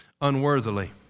unworthily